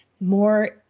more